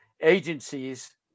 agencies